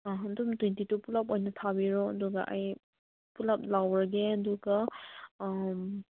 ꯑꯥ ꯑꯗꯨꯝ twenty two ꯄꯨꯂꯞ ꯑꯣꯏꯅ ꯊꯥꯕꯤꯔꯣ ꯑꯗꯨꯒ ꯑꯩ ꯄꯨꯂꯞ ꯂꯧꯔꯒꯦ ꯑꯗꯨꯒ